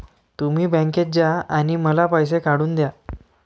तुम्ही बँकेत जा आणि मला पैसे काढून दया